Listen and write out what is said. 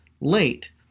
late